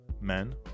Men